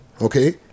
okay